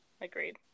Agreed